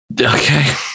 Okay